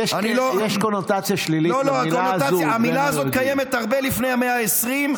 אני אשתמש בה קונקרטית כלפי אנשים מסוימים,